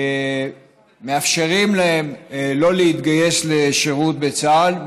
שמאפשרות להם לא להתגייס לשירות בצה"ל,